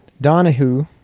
Donahue